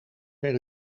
per